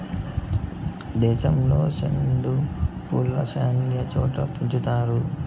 దేశంలో సెండు పూలను శ్యానా చోట్ల పెంచుతారు